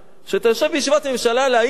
שתשב בישיבת ממשלה להעיר על זה.